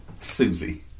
Susie